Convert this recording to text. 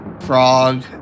frog